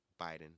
Biden